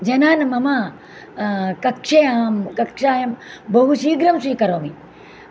जनान् मम कक्ष्ययां कक्ष्यायां बहुशीघ्रं स्वीकरोमि